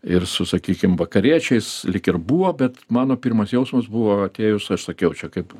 ir su sakykim vakariečiais lyg ir buvo bet mano pirmas jausmas buvo atėjus aš sakiau čia kaip